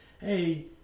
Hey